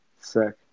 Sick